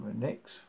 next